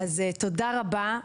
אז תודה רבה.